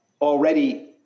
already